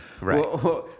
Right